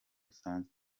busanzwe